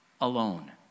alone